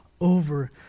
over